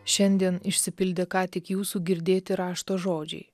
šiandien išsipildė ką tik jūsų girdėti rašto žodžiai